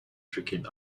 tricking